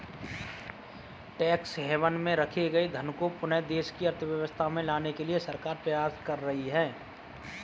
tax haven में रखे गए धन को पुनः देश की अर्थव्यवस्था में लाने के लिए सरकार प्रयास कर रही है